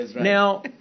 Now